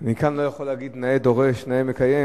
אני כאן לא יכול להגיד: נאה דורש נאה מקיים,